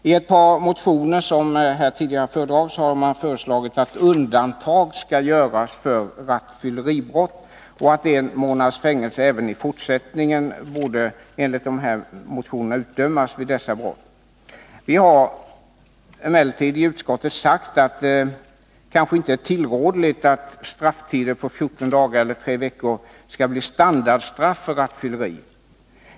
I ett par motioner, som tidigare berörts i debatten, har det föreslagits att undantag skall göras för rattfylleribrott och att en månads fängelse även i fortsättningen skall utdömas vid dessa brott. Vi har i utskottet sagt att det inte är tillrådligt att strafftider på fjorton dagar eller tre veckor blir standardstraff för rattfylleri.